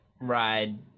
ride